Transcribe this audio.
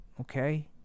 Okay